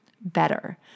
better